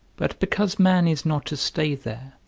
but because man is not to stay there,